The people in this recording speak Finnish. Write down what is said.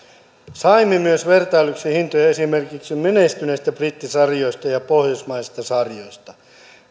saimme myös vertailuksi hintoja esimerkiksi menestyneistä brittisarjoista ja pohjoismaisista sarjoista